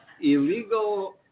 illegal